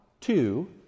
two